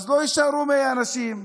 אז לא יישארו מהם אנשים.